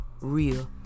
real